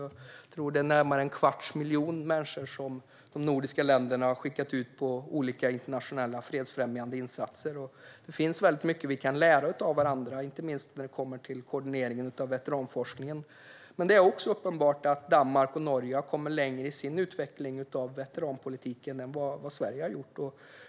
Jag tror att det är närmare en kvarts miljon människor som de nordiska länderna har skickat ut på olika internationella fredsfrämjande insatser. Det finns mycket vi kan lära av varandra, inte minst vad gäller koordineringen av veteranforskningen. Det är dock uppenbart att Danmark och Norge har kommit längre i sin utveckling av veteranpolitiken än vad Sverige har gjort.